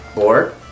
Four